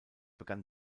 begann